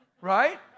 Right